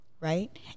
Right